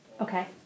Okay